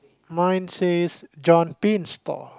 mine says John Pin stall